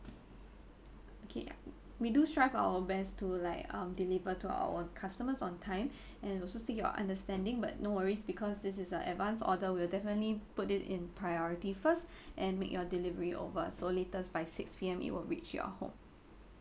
okay ya we do strive our best to like um deliver to our customers on time and also seek your understanding but no worries because this is a advanced order we'll definitely put it in priority first and make your delivery over so latest by six P_M it will reach your home